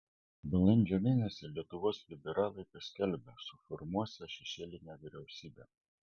balandžio mėnesį lietuvos liberalai paskelbė suformuosią šešėlinę vyriausybę